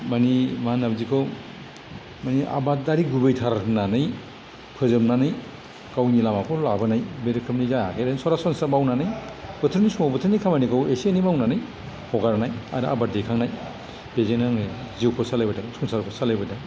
माने मा होनो बेखौ माने आबादारि गुबैथार होननानै फोजोबनानै गावनि लामाखौ लाबोनाय बे रोखोमनि जाया ओरैनो सरासनस्रा मावनानै बोथोरनि समाव बोथोरनि खामानिखौ एसे एनै मावनानै हगारनाय आरो आबाद दैखांनाय बिदिनो आङो जिउखौ सालायबोदों संसारखौ सालायबोदों